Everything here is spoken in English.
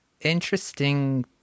interesting